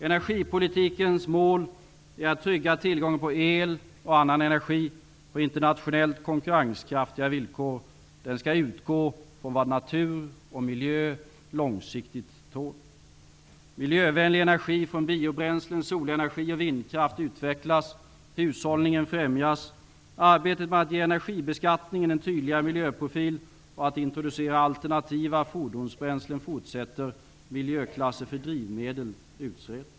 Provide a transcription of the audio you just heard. Energipolitikens mål är att trygga tillgången på el och annan energi på internationellt konkurrenskraftiga villkor. Den skall utgå från vad natur och miljö långsiktigt tål. Miljövänlig energi från biobränslen, solenergi och vindkraft utvecklas. Hushållning främjas. Arbetet med att ge energibeskattning en tydligare miljöprofil och att introducera alternativa fordonsbränslen fortsätter. Miljöklasser för drivmedel utreds.